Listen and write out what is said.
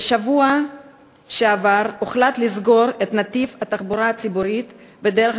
בשבוע שעבר הוחלט לסגור את נתיב התחבורה הציבורית בדרך